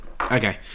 Okay